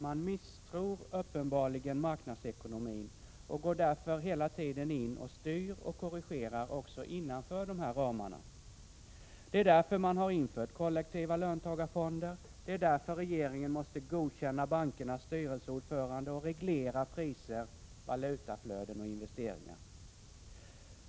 Man misstror uppenbarligen marknadsekonomin och går därför hela tiden in och styr och korrigerar också innanför ramarna. Det är därför man har infört kollektiva löntagarfonder, det är därför regeringen måste godkänna bankernas styrelseordförande och reglera priser, valutaflöden och investeringar.